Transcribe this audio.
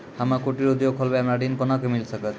हम्मे कुटीर उद्योग खोलबै हमरा ऋण कोना के मिल सकत?